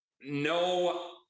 no